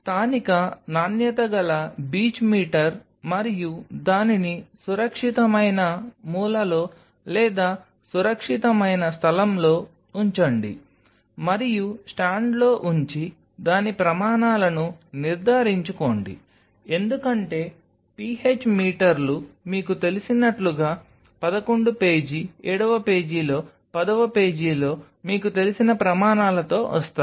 స్థానిక నాణ్యత గల బీచ్ మీటర్ మరియు దానిని సురక్షితమైన మూలలో లేదా సురక్షితమైన స్థలంలో ఉంచండి మరియు స్టాండ్లో ఉంచి దాని ప్రమాణాలను నిర్ధారించుకోండి ఎందుకంటే PH మీటర్లు మీకు తెలిసినట్లుగా 11 పేజీ 7వ పేజీలో 10వ పేజీలో మీకు తెలిసిన ప్రమాణాలతో వస్తాయి